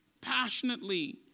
passionately